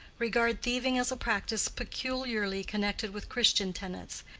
regard thieving as a practice peculiarly connected with christian tenets,